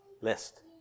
list